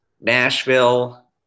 Nashville